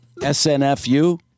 SNFU